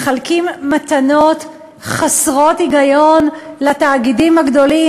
מחלקים מתנות חסרות היגיון לתאגידים הגדולים,